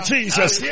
Jesus